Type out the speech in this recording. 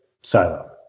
silo